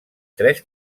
tres